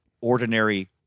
ordinary